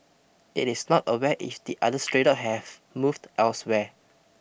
it is not aware if the other stray dog have moved elsewhere